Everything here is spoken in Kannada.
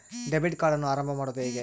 ಡೆಬಿಟ್ ಕಾರ್ಡನ್ನು ಆರಂಭ ಮಾಡೋದು ಹೇಗೆ?